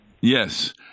Yes